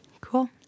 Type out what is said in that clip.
Cool